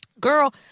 Girl